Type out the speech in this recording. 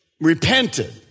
Repented